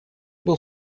был